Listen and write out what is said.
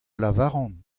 lavaran